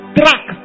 track